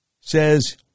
says